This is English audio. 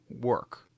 work